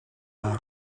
mag